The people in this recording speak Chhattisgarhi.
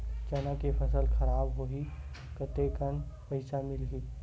चना के फसल खराब होही कतेकन पईसा मिलही?